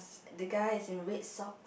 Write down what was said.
the guy is in red socks